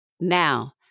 Now